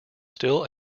still